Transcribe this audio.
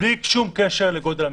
בלי קשר לגודל המבנה.